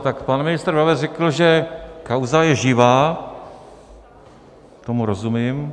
Tak pan ministr Brabec řekl, že kauza je živá, tomu rozumím.